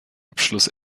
abschluss